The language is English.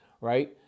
right